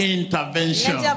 intervention